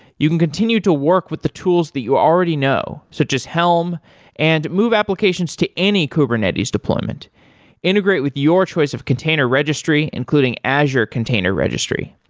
you can continue to work with the tools that you already know, so just helm and move applications to any kubernetes deployment integrate with your choice of container registry, including azure container registry.